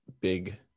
big